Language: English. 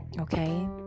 Okay